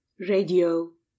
Radio